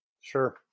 Sure